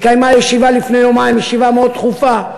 התקיימה ישיבה לפני יומיים, ישיבה מאוד דחופה.